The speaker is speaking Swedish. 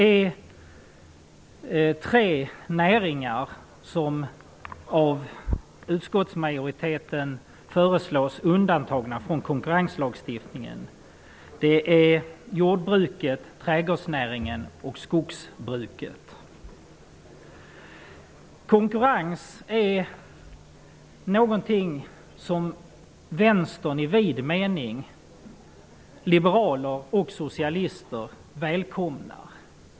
Utskottsmajoriteten föreslår tre näringar som skall undantas från konkurrenslagstiftningen, nämligen jordbruket, trädgårdsnäringen och skogsbruket. Konkurrens är någonting som vi i vänstern i vid mening, liberaler och socialister välkomnar.